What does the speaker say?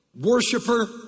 worshiper